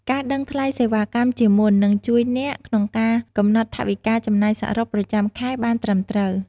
ការដឹងថ្លៃសេវាកម្មជាមុន នឹងជួយអ្នកក្នុងការកំណត់ថវិកាចំណាយសរុបប្រចាំខែបានត្រឹមត្រូវ។